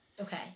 Okay